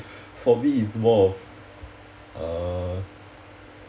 for me it's more of uh